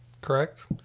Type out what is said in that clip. correct